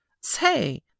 Say